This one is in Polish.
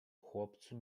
chłopcu